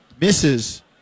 misses